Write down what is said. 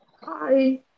Hi